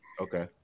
Okay